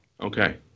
Okay